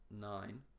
nine